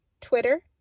Twitter